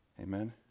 Amen